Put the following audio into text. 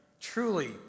truly